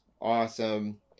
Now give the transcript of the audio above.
Awesome